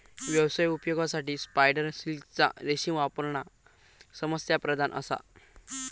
व्यावसायिक उपयोगासाठी स्पायडर सिल्कचा रेशीम वापरणा समस्याप्रधान असा